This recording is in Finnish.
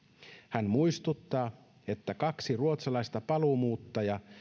hän muistuttaa että kaksi ruotsalaista paluumuuttajaa